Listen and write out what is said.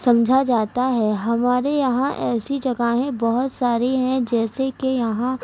سمجھا جاتا ہے ہمارے یہاں ایسی جگہیں بہت ساری ہیں جیسے کہ یہاں